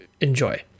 enjoy